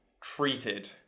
treated